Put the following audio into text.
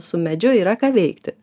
su medžiu yra ką veikti